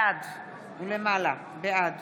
בעד